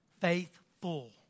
Faithful